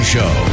Show